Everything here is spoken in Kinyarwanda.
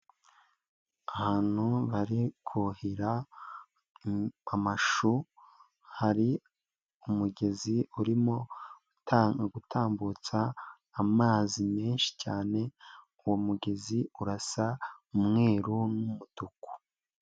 Ahantu bari kuhira amashu, hari umugezi urimo gutambutsa amazi menshi cyane, uwo mugezi urasa umweru n'umutuku.